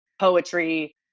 poetry